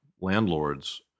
landlords